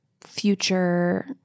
future